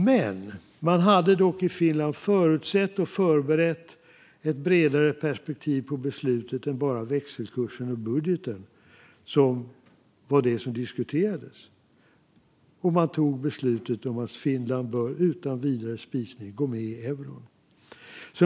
Men man hade förutsett och förberett ett bredare perspektiv på beslutet än bara växelkursen och budgeten, som var det som diskuterades, och man fattade beslutet att Finland utan vidare spisning skulle gå med i euron.